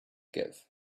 give